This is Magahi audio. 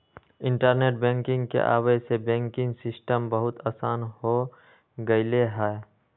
इंटरनेट बैंकिंग के आवे से बैंकिंग सिस्टम बहुत आसान हो गेलई ह